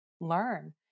learn